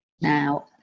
now